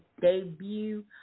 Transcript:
debut